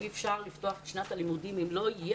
אי אפשר לפתוח את שנת הלימודים אם לא יהיה